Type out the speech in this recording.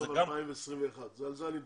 עד סוף 2021, על זה אני מדבר,